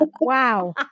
wow